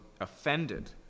offended